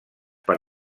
per